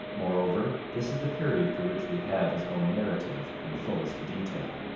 moreover, this is the period for which we have his own narrative in fullest detail.